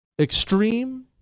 Extreme